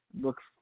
looks